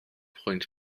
pwynt